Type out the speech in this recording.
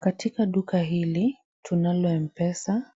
Katika duka hili, tunalo mpesa